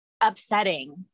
upsetting